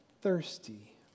thirsty